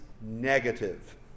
negative